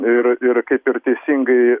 ir ir kaip ir teisingai